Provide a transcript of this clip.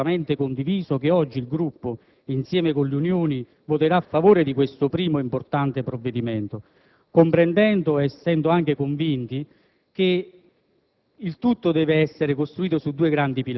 Ed è con la speranza che questo percorso sia largamente condiviso che oggi il Gruppo Insieme con l'Unione voterà a favore di questo primo, importante provvedimento, comprendendo ed essendo anche convinti che